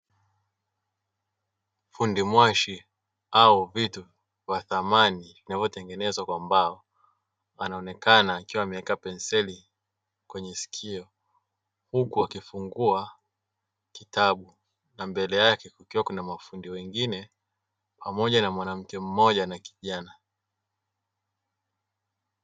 Fundi mwashi au vitu vya samani vilivyotengenezwa kwa mbao; anaonekana akiwa ameweka penseli kwenye sikio, huku akifungua kitabu na mbele yake kukiwa na mafundi wengine pamoja na mwanamke mmoja na kijana.